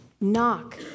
knock